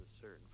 certain